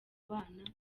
kubana